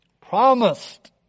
Promised